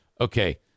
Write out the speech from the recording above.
Okay